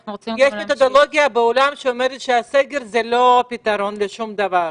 יש אידיאולוגיה בעולם שאומרת שהסגר זה לא הפתרון לשום דבר.